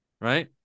right